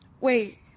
wait